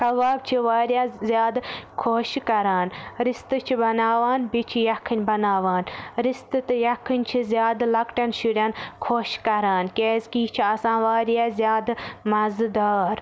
کَباب چھِ واریاہ زِیادٕ خۄش کَران رِستہٕ چھِ بَناوان بیٚیہِ چھِ یَکھٕنۍ بَناوان رِستہٕ تہٕ یَکھٕنۍ چھِ زیادٕ لَکٹٮ۪ن شُرٮ۪ن خۄش کَران کیازکہِ یہِ چھِ آسان واریاہ زیادٕ مَزٕدار